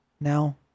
now